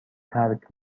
ترک